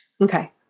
Okay